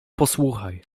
posłuchaj